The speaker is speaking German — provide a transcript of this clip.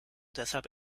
deshalb